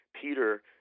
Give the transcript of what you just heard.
Peter